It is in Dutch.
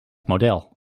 model